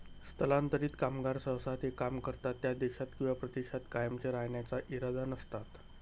स्थलांतरित कामगार सहसा ते काम करतात त्या देशात किंवा प्रदेशात कायमचे राहण्याचा इरादा नसतात